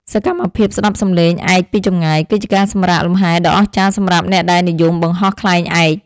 សកម្មភាពស្ដាប់សំឡេងឯកពីចម្ងាយ គឺជាការសម្រាកលម្ហែដ៏អស្ចារ្យសម្រាប់អ្នកដែលនិយមបង្ហោះខ្លែងឯក។